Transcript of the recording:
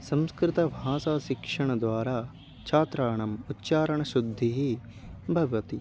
संस्कृतभाषा शिक्षणद्वारा छात्राणाम् उच्चारणशुद्धिः भवति